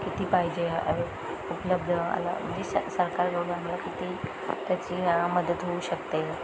किती पाहिजे आये उपलब्ध आला म्हणजे स सरकार कडून आम्हाला किती त्याची मदत होऊ शकते